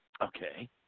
Okay